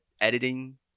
editing